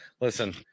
Listen